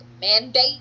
mandate